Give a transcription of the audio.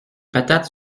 patates